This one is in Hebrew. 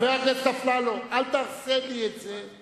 חבר הכנסת אפללו, אל תעשה לי את זה.